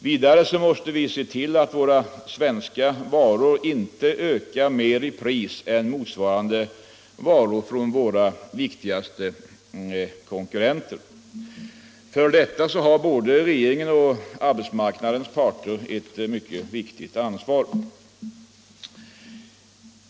Vidare måste vi se till att våra svenska varor inte ökar mer i pris än motsvarande varor från våra viktigaste konkurrenter. För detta har både regeringen och arbetsmarknadens parter ett mycket stort ansvar.